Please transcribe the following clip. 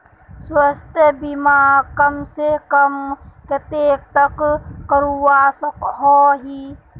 स्वास्थ्य बीमा कम से कम कतेक तक करवा सकोहो ही?